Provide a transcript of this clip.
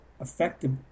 effective